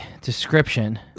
description